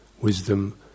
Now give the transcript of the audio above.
wisdom